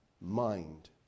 mind